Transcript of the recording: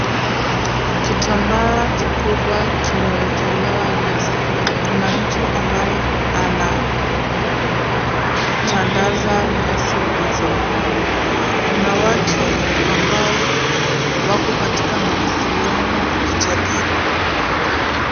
Kitambaa kikubwa kimewekelewa nyasi. Kuna mtu ambaye, anatandaza nyasi hizo. Kuna watu ambao, wako katika mawasiliano wakijadili.